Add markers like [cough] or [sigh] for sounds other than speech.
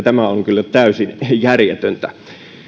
[unintelligible] tämä on kyllä täysin järjetöntä